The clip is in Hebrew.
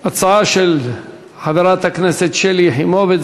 הצעות לסדר-היום מס' 226,